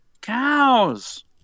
Cows